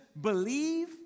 believe